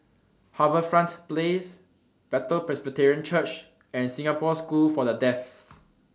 HarbourFront Place Bethel Presbyterian Church and Singapore School For The Deaf